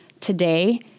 Today